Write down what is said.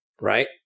Right